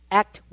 act